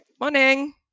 Morning